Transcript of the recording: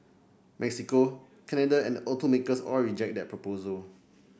Mexico Canada and the automakers all reject that proposal